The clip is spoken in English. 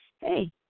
hey